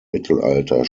mittelalter